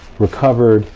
recovered,